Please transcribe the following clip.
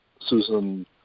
Susan